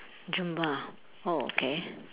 zumba ah oh okay